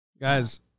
guys